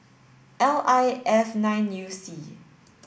L I F nine U C